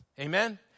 Amen